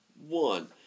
one